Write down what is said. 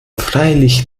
freilich